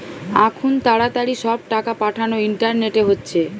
আখুন তাড়াতাড়ি সব টাকা পাঠানা ইন্টারনেটে হচ্ছে